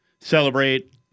celebrate